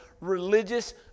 religious